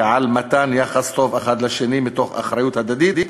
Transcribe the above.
ועל מתן יחס טוב אחד לשני מתוך אחריות הדדית,